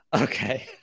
okay